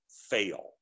fail